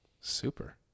super